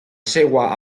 seua